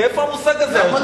מאיפה המושג הזה?